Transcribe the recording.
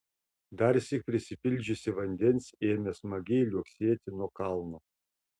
darsyk prisipildžiusi vandens ėmė smagiai liuoksėti nuo kalno